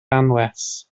anwes